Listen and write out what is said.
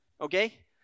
okay